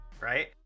right